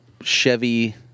Chevy